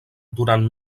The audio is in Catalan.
durant